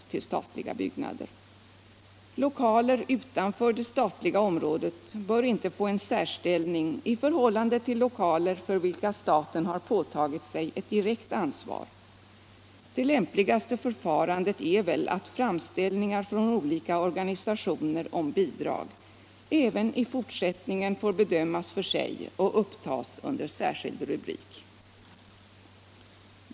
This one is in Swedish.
till statliga byggnader. Lokaler utanför det statliga området bör inte få en särställning i förhållande tili lokaler för vilka staten påtagit sig ett direkt ansvar. Det lämpligaste förfarandet är väl att framställningar från olika organisationer om bidrag även i fortsättningen får bedömas för sig och upptas under särskild rubrik.